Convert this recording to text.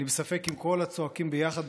אני בספק אם כל הצועקים ביחד,